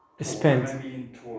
Spent